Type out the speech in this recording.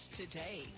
today